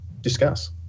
Discuss